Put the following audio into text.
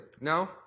No